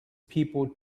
people